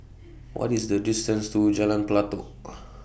What IS The distance to Jalan Pelatok